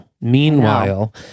meanwhile